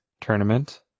Tournament